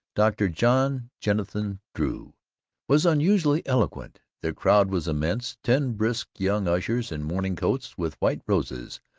dr. john jennison drew was unusually eloquent. the crowd was immense. ten brisk young ushers, in morning coats with white roses,